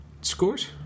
Scores